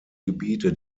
gebiete